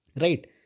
right